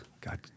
God